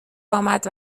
آمد